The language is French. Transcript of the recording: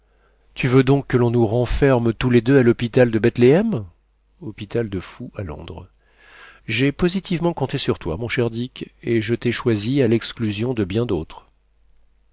tu veux donc que l'on nous renferme tous les deux à lhôpital de betlehem hôpital de fous à londres j'ai positivement compté sur toi mon cher dick et je t'ai choisi à lexclusion de bien d'autres